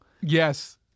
Yes